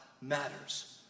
matters